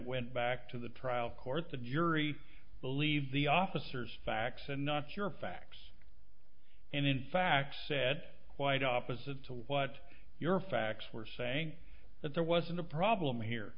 went back to the trial court the jury believed the officers facts and not your facts and in fact said quite opposite to what your facts were saying that there wasn't a problem here